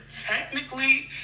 technically